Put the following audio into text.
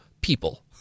People